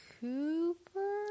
Cooper